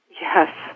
Yes